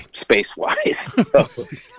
space-wise